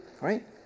right